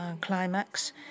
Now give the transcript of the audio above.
climax